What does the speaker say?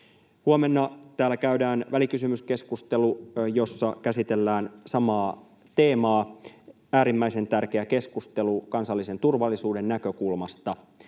Huomenna täällä käydään välikysymyskeskustelu, jossa käsitellään samaa teemaa — äärimmäisen tärkeä keskustelu kansallisen turvallisuuden näkökulmasta.